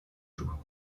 jours